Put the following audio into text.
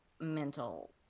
mental